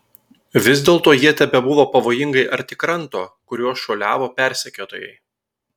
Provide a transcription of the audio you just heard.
vis dėlto jie tebebuvo pavojingai arti kranto kuriuo šuoliavo persekiotojai